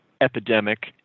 Epidemic